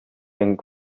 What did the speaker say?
een